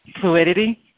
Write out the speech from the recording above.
Fluidity